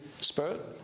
Spirit